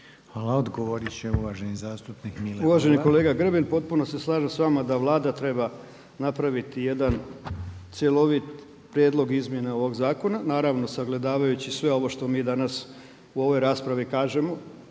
Horvat. **Horvat, Mile (SDSS)** Uvaženi kolega Grbin potpuno se slažem s vama da Vlada treba napraviti jedan cjelovit prijedlog izmjene ovog zakona, naravno sagledavajući sve ovo što mi danas u ovoj raspravi kažemo.